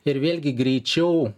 ir vėlgi greičiau